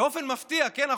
באופן מפתיע, כן?